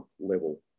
level